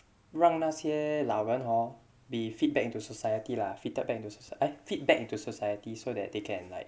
让那些老人 hor be fit back into society lah fitted back into socie~ eh fit back into society so that they can like